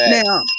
Now